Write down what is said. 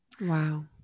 Wow